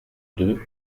deux